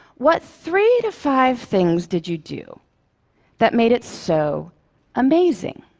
what three to five things did you do that made it so amazing?